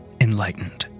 enlightened